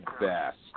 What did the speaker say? best